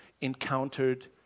encountered